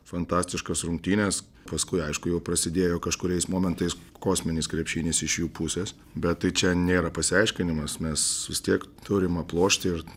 fantastiškas rungtynes paskui aišku jau prasidėjo kažkuriais momentais kosminis krepšinis iš jų pusės bet tai čia nėra pasiaiškinimas mes vis tiek turim aplošti ir